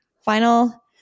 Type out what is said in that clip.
final